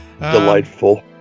Delightful